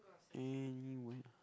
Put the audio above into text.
anywhere